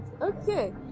Okay